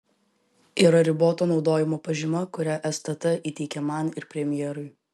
yra riboto naudojimo pažyma kurią stt įteikė man ir premjerui